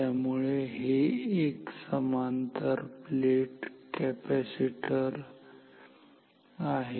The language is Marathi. त्यामुळे हे एक समांतर प्लेट कॅपेसिटर आहे